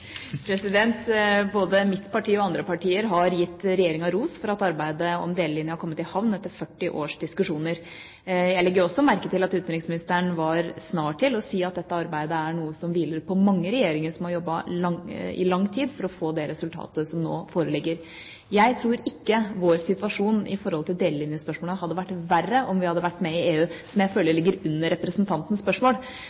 Både mitt parti og andre partier har gitt Regjeringa ros for at arbeidet med delelinja har kommet i havn etter 40 års diskusjoner. Jeg legger også merke til at utenriksministeren var snar med å si at dette arbeidet er noe som hviler på mange regjeringer, som har jobbet i lang tid for å få det resultatet som nå foreligger. Jeg tror ikke vår situasjon i forhold til delelinjespørsmålet hadde vært verre om vi hadde vært med i EU – som jeg